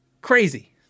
Crazy